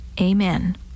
Amen